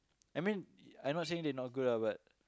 I mean I not saying they not good ah but